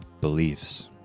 beliefs